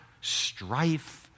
strife